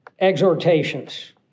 exhortations